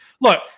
Look